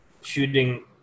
shooting